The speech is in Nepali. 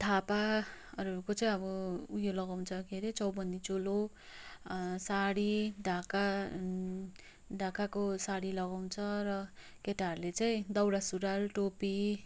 थापाहरूको चाहिँ अब उयो लगाउँछ के हरे चौबन्दी चोलो साडी ढाका ढाकाको साडी लगाउँछ र केटाहरूले चाहिँ दौरा सुरुवाल टोपी